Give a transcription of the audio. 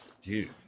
dude